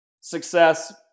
success